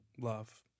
Love